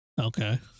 Okay